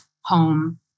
home